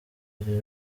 iri